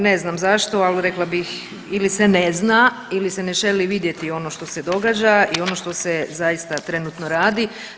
Ne znam zašto, ali rekla bih ili se ne zna ili se ne želi vidjeti ono što se događa i ono što se zaista trenutno radi.